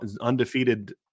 undefeated